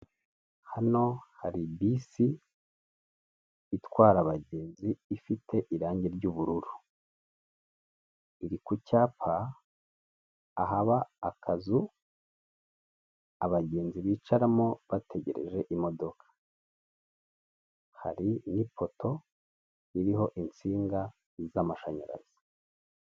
Hano hari bisi itwara abagenzi ifite irangi ry'ubururu iri ku cyapa ahaba akazu abagenzi bicaramo bategereje imodoka hari n'ipoto ririho insinga z'amashanyarazi .